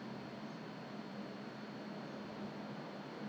quite a number of yours names I don't I can't recall I'm not sure whether 他是